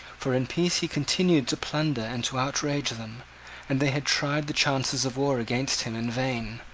for in peace he continued to plunder and to outrage them and they had tried the chances of war against him in vain.